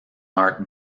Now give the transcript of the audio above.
art